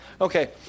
Okay